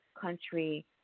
country